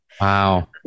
Wow